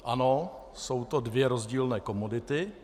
Ano, jsou to dvě rozdílné komodity.